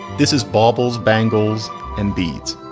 this is baubles, bangles and beads.